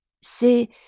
C'est